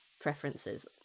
preferences